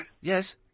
yes